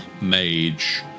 mage